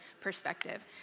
perspective